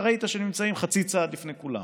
אתה ראית שהם נמצאים חצי צעד לפני כולם.